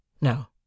no